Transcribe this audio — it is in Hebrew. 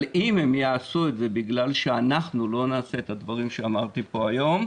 אבל אם הם יעשו את זה בגלל שאנחנו לא נעשה את הדברים שאמרתי פה היום,